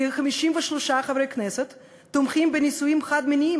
53 חברי כנסת תומכים בנישואים חד-מיניים.